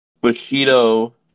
Bushido